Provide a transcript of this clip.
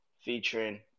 featuring